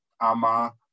AMA